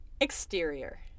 Exterior